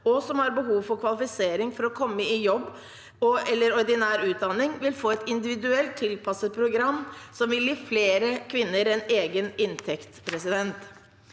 og som har behov for kvalifisering for å komme i jobb og/eller ordinær utdanning, vil få et individuelt tilpasset program som vil gi flere kvinner en egen inntekt. Vi